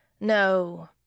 No